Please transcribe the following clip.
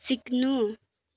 सिक्नु